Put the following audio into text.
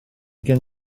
gen